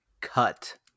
cut